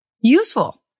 useful